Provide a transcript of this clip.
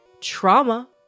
Trauma